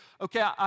okay